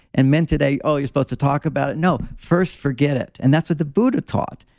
and men today, oh, you're supposed to talk about it. no. first forget it. and that's what the buddha taught.